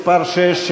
מס' 6,